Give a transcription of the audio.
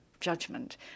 judgment